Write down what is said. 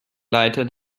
leiter